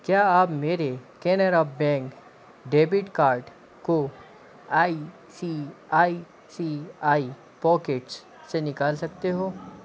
क्या आप मेरे कैनरा बैंक डेबिट कार्ड को I C I C I pockets से निकाल सकते हो